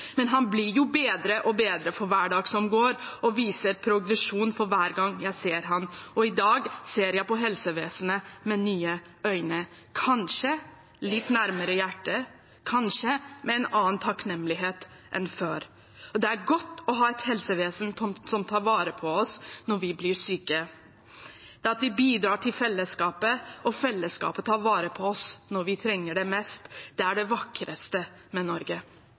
Han blir bedre og bedre for hver dag som går, og viser progresjon for hver gang jeg ser ham. I dag ser jeg på helsevesenet med nye øyne, kanskje litt nærmere hjertet, kanskje med en annen takknemlighet enn før. Det er godt å ha et helsevesen som tar vare på oss når vi blir syke. Det at vi bidrar til fellesskapet, og at fellesskapet tar vare på oss når vi trenger det mest, er det vakreste med Norge.